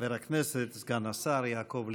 חבר הכנסת סגן השר יעקב ליצמן.